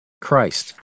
Christ